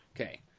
Okay